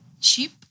Sheep